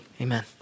Amen